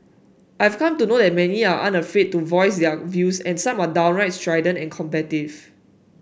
I've come to know that many are unafraid to voice their views and some are downright strident and combative